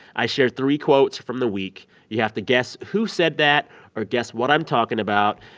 i share three quotes from the week. you have to guess who said that or guess what i'm talking about.